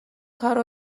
کارو